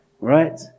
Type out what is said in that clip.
Right